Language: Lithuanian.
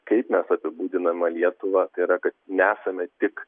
kaip mes apibūdinama lietuvą tai yra kad nesame tik